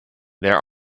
there